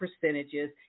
percentages